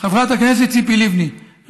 חברת הכנסת ציפי לבני,